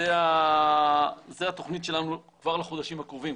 זו התוכנית שלנו כבר לחודשים הקרובים.